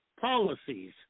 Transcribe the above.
policies